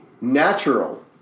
Natural